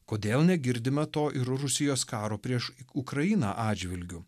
kodėl negirdime to ir rusijos karo prieš ukrainą atžvilgiu